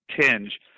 tinge